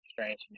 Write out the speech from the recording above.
strange